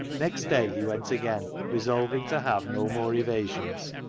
next day he went again, resolving to have no more evasions,